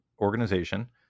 organization